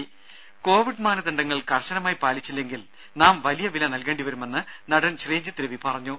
ദേദ കോവിഡ് മാനദണ്ഡങ്ങൾ കർശനമായി പാലിച്ചില്ലെങ്കിൽ നാം വലിയ വില നൽകേണ്ടി വരുമെന്ന് നടൻ ശ്രീജിത്ത് രവി പറഞ്ഞു